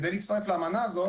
כדי להצטרף לאמנה הזאת